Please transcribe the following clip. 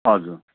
हजुर